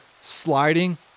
sliding